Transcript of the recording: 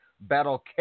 battle